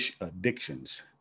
addictions